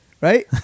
right